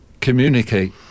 communicate